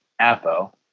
Apo